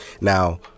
now